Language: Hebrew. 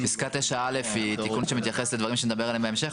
פסקת (9)(א) היא תיקון שמתייחס לדברים שנדבר עליהם בהמשך.